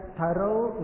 thorough